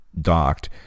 docked